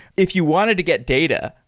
if you wanted to get data,